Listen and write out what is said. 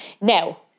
Now